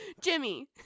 Jimmy